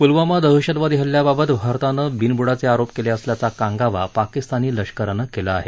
पूलवामा दहशतवादी हल्ल्याबाबत भारतानं बिनबुडाचे आरोप केले असल्याचा कांगावा पाकिस्तानी लष्करानं केला आहे